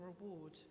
reward